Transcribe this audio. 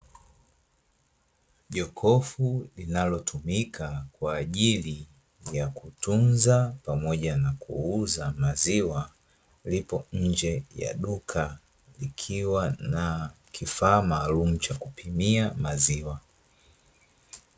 Jokofu linalotumika kwaajili ya kutunza pamoja na kuuza Maziwa, lipo nje ya Duka, likiwa na kifaa maalumu cha kupimia Maziwa.